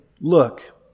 look